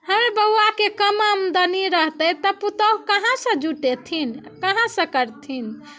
हमर बौआके कम आमदनी रहतै तऽ पुतहु कहाँसँ जुटेथिन कहाँसँ करथिन